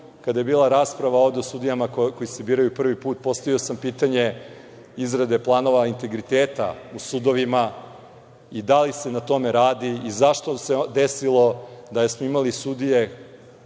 kada je bila rasprava ovde o sudijama koji se biraju prvi put, postavio sam pitanje izrade planova integriteta u sudovima i da li se na tome radi i zašto se desilo da smo imali sudije